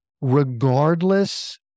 regardless